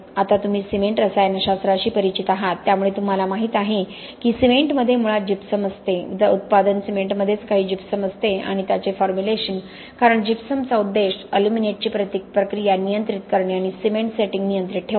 आता तुम्ही सिमेंट रसायनशास्त्राशी परिचित आहात त्यामुळे तुम्हाला माहीत आहे की सिमेंटमध्ये मुळात जिप्सम असते उत्पादन सिमेंटमध्येच काही जिप्सम असते आणि त्याचे फॉर्म्युलेशन कारण जिप्समचा उद्देश अल्युमिनेटची प्रक्रिया नियंत्रित करणे आणि सिमेंट सेटिंग नियंत्रित ठेवणे